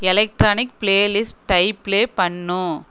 electronic playlist type play பண்ணு